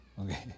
Okay